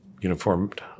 uniformed